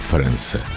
França